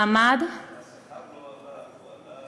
מעמד, השכר לא עלה.